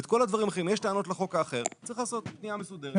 אם יש טענות לחוק האחר, צריך לעשות פנייה מסודרת.